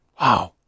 Wow